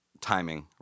timing